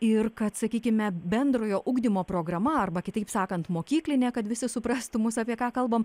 ir kad sakykime bendrojo ugdymo programa arba kitaip sakant mokyklinė kad visi suprastų mus apie ką kalbam